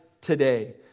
today